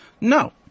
No